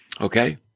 Okay